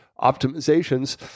optimizations